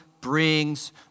brings